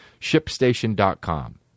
ShipStation.com